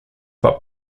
but